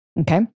Okay